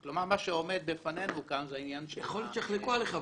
יכול להיות שיחלקו עליך בהמשך.